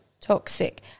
toxic